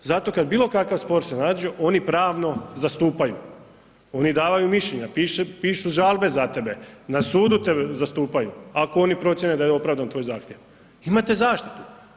Zato kada bilo kakav spor se nađe oni pravno zastupaju, oni davaju mišljenja, pišu žalbe za tebe, na sudu te zastupaju ako oni procijene da je opravdan tvoj zahtjev, imate zaštitu.